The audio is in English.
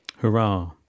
Hurrah